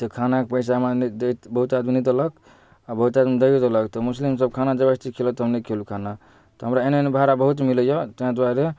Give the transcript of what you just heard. तऽ खाना के पैसा माने दैत बहुत आदमी नहि देलक आ बहुत आदमी दैयो देलक तऽ मुस्लिम सब खाना जबरदस्ती खियलक तऽ हम नहि खेलहुॅं खाना तऽ हमरा एहन एहन भाड़ा बहुत मिलैया ताहि दुआरे